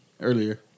earlier